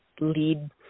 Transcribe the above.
lead